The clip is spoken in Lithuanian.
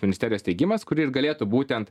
ministerijos steigimas kuri ir galėtų būtent